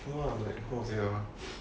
no lah how to say ah